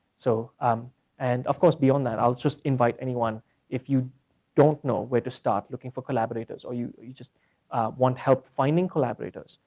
so um and of course beyond that i'll just invite anyone if you don't know where to start looking for collaborators, or you you just want help finding collaborators.